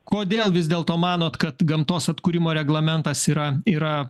kodėl vis dėlto manot kad gamtos atkūrimo reglamentas yra yra